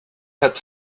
had